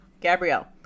Gabrielle